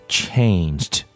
changed